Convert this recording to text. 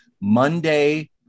Monday